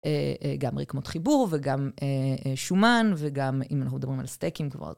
גם רקמות חיבור וגם שומן וגם, אם אנחנו מדברים על סטייקים כבר,